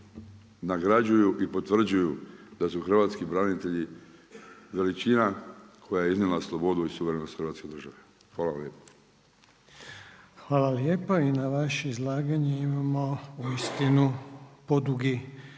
nagrađuju i potvrđuju, da su hrvatski branitelji, većina koja je iznijela slobodu i suvremenost Hrvatske države. Hvala lijepo. **Reiner, Željko (HDZ)** Hvala lijepa. I na vaše izlaganje imamo uistinu podugi